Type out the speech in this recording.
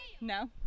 No